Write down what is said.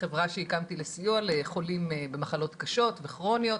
בחברה שהקמתי לסיוע לחולים במחלות קשות וכרוניות.